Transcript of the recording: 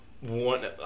One